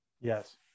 yes